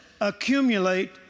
accumulate